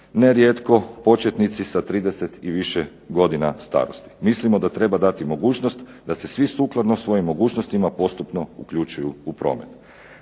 nerijetko početnici sa 30 i više godina starosti. Mislimo da treba dati mogućnost da se svi sukladno svojim mogućnostima postupno uključuju u promet.